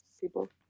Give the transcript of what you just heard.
people